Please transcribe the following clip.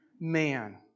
Man